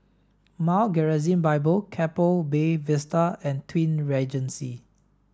Mount Gerizim Bible Keppel Bay Vista and Twin Regency